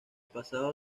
pasado